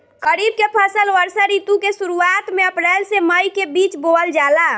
खरीफ के फसल वर्षा ऋतु के शुरुआत में अप्रैल से मई के बीच बोअल जाला